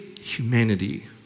humanity